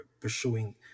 pursuing